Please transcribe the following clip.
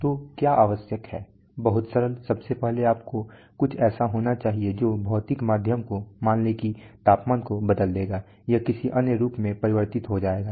तो क्या आवश्यक है बहुत सरल सबसे पहले आपको कुछ ऐसा चाहिए जो भौतिक माध्यम को मान लें कि तापमान को बदल देगा यह किसी अन्य रूप में परिवर्तित हो जाएगा